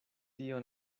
tio